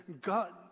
God